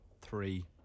three